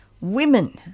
women